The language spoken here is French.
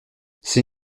c’est